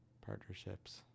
partnerships